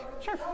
Sure